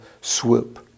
swoop